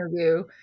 interview